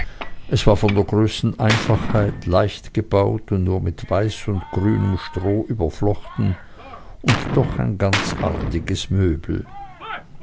es war von der größten einfachheit leicht gebaut und nur mit weiß und grünem stroh überflochten und doch ein ganz artiges möbel